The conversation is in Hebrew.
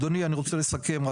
אדוני, אני רוצה לסכם.